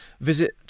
visit